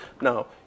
now